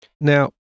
Now